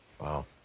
wow